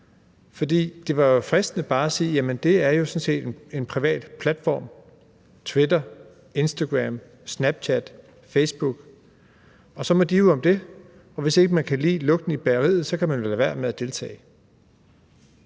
ville jo være fristende at sige, at det sådan set bare er en privat platform – Twitter, Instagram, Snapchat, Facebook – og så må de jo om det. Og hvis ikke man kan lide lugten i bageriet, kan man vel lade være med at deltage,